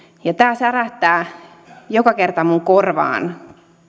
ja tämä särähtää joka kerta minun korvaani